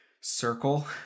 circle